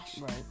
Right